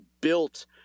built